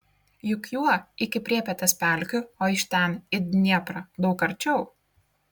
juk juo iki pripetės pelkių o iš ten į dnieprą daug arčiau